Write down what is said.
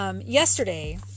yesterday